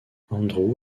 andrew